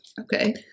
Okay